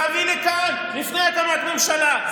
להביא לכאן לפני הקמת ממשלה.